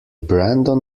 brandon